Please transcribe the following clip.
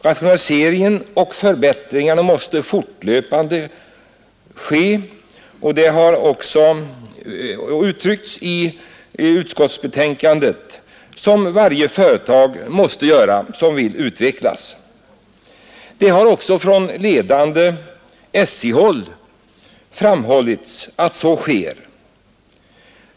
Rationaliseringar och förbättringar måste fortlöpande ske och det har också kommit till uttryck i utskottsbetänkandet att så måste varje företag göra som vill utvecklas. Från ledande SJ-håll har även uttalats att så sker.